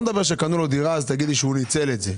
לא מדבר שקנו לו דירה אז תגידי שהוא ניצל את זה.